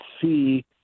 see